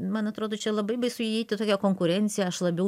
man atrodo čia labai baisu įeit į tokią konkurenciją aš labiau